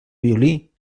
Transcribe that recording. violí